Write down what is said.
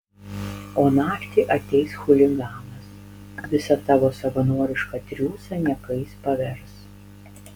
o naktį ateis chuliganas visą tavo savanorišką triūsą niekais pavers